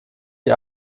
die